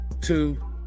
Two